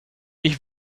ich